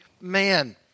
man